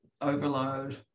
overload